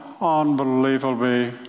unbelievably